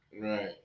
Right